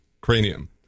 cranium